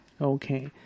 Okay